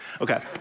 okay